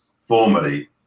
formerly